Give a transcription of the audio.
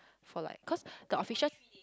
for like cause the official